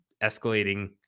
escalating